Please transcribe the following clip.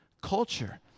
culture